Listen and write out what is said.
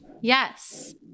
Yes